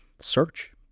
search